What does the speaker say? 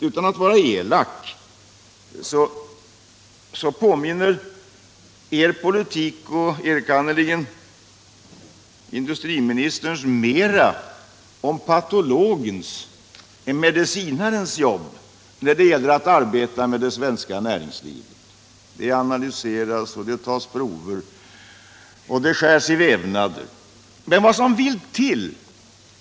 Utan att vara elak vill jag påstå att er politik — och enkannerligen industriministerns — mera påminner om patologens än medicinarens jobb. Det analyseras, det tas prover och det skärs i vävnader. Men vad som vill till.